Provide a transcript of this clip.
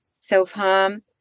self-harm